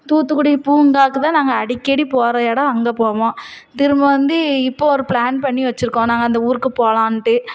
தூத்துக்குடி பூங்காக்கு தான் நாங்கள் அடிக்கடி போகிற இடம் அங்கே போவோம் திரும்ப வந்து இப்போ ஒரு ப்ளான் பண்ணி வச்சுருக்கோம் நாங்கள் அந்த ஊருக்கு போகலான்ட்டு